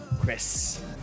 Chris